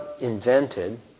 invented